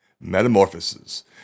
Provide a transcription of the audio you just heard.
Metamorphoses